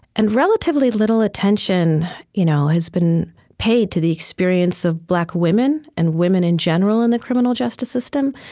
and relatively little attention you know has been paid to the experience of black women and women in general in the criminal justice system.